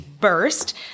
burst